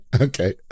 okay